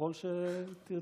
ככל שתרצי.